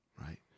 right